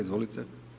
Izvolite.